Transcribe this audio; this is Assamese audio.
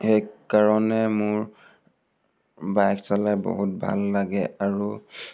সেইকাৰণে মোৰ বাইক চলাই বহুত ভাল লাগে আৰু